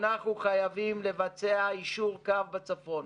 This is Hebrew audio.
אנחנו חייבים לבצע את יישור הקו בצפון.